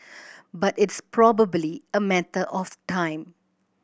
but it's probably a matter of time